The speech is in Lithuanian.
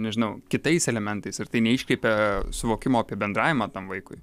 nežinau kitais elementais ir tai neiškreipia suvokimo apie bendravimą tam vaikui